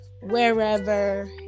wherever